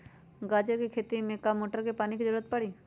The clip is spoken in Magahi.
गाजर के खेती में का मोटर के पानी के ज़रूरत परी?